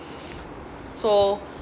so